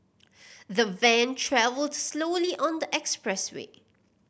the van travelled slowly on the expressway